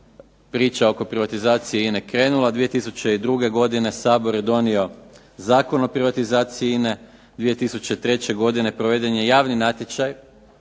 priča oko privatizacije INA-e krenula. 2002. godine Sabor je donio Zakon o privatizaciji INA-e, 2003. godine proveden je javni natječaj,